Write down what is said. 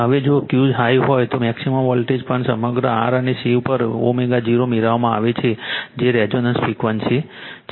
હવે જો Q હાઈ હોય તો મેક્સિમમ વોલ્ટેજ પણ સમગ્ર R અને C ઉપર ω0 મેળવવામાં આવે છે જે રેઝોનન્સ ફ્રિક્વન્સી છે